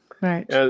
Right